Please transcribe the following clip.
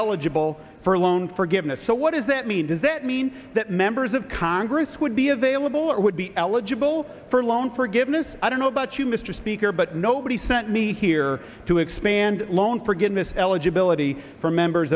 eligible for a loan forgiveness so what does that mean does that mean that members of congress would be available or would be eligible for loan forgiveness i don't know about you mr speaker but nobody sent me here to expand loan forgiveness eligibility for members